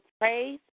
praise